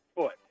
foot